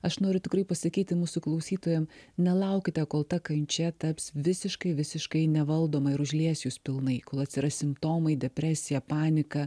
aš noriu tikrai pasakyti mūsų klausytojam nelaukite kol ta kančia taps visiškai visiškai nevaldoma ir užlies jus pilnai kol atsiras simptomai depresija panika